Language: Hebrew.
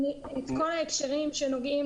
את כל ההקשרים שנוגעים